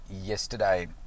yesterday